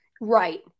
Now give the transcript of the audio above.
Right